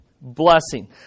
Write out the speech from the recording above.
Blessing